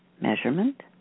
measurement